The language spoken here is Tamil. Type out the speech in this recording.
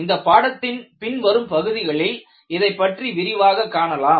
இந்த பாடத்தின் பின்வரும் பகுதிகளில் இதைப்பற்றி விரிவாக காணலாம்